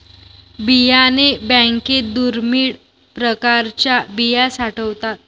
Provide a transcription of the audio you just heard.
बियाणे बँकेत दुर्मिळ प्रकारच्या बिया साठवतात